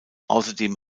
außerdem